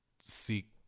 seek